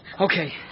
Okay